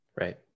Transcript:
right